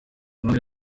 rwanda